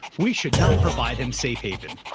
we should not provide him safe haven.